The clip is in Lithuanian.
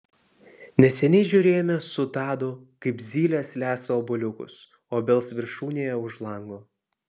neseniai žiūrėjome su tadu kaip zylės lesa obuoliukus obels viršūnėje už lango